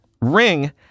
Ring